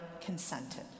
consented